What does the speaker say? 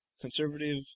conservative